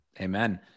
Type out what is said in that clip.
Amen